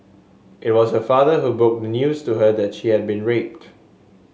it was her father who broke the news to her that she had been raped